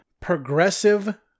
progressive